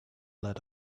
let